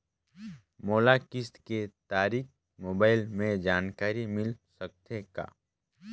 मोला किस्त के तारिक मोबाइल मे जानकारी मिल सकथे का?